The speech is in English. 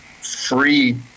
free